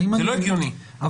הגיוני.